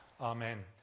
Amen